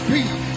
Peace